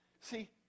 See